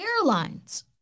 airlines